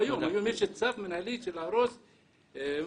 היום יש צו מנהלי של להרוס מכולות,